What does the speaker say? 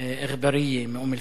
אגבאריה מאום-אל-פחם,